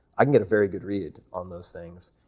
i can get a very good read on those things,